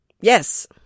Yes